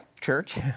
church